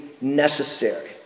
necessary